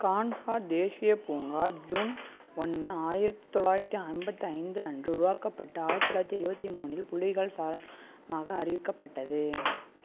கான்ஹா தேசியப் பூங்கா ஜூன் ஒன்று ஆயிரத்தி தொள்ளாயிரத்தி ஐம்பத்தி ஐந்து அன்று உருவாக்கப்பட்டு ஆயிரத்தி தொள்ளாயிரத்தி எழுபத்தி மூணில் புலிகள் சரணாலயமாக அறிவிக்கப்பட்டது